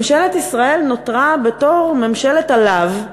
ממשלת ישראל נותרה בתור ממשלת הלאו,